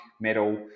metal